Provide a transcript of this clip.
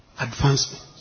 advancement